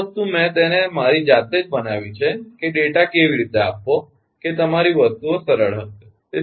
તેથી આ વસ્તુ મેં તેને મારી જાતે જ બનાવી છે કે ડેટા કેવી રીતે આપવો કે તમારી વસ્તુઓ સરળ હશે